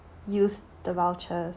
use the vouchers